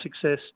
success